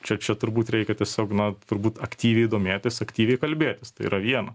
čia čia turbūt reikia tiesiog na turbūt aktyviai domėtis aktyviai kalbėtis tai yra viena